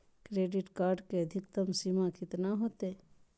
Credit card के अधिकतम सीमा कितना होते?